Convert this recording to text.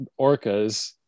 Orcas